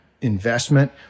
investment